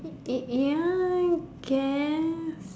eh eh ya I guess